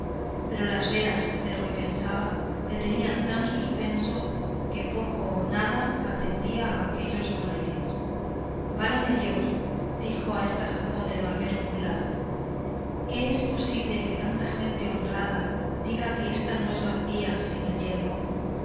pero las veras de lo que pensaba le tenían tan suspenso que poco o nada atendía a aquellos donaires válame dios dijo a esta sazón el barbero burlado que es posible que tanta gente honrada diga que ésta no es bacía sino yelmo